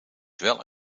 wel